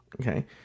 Okay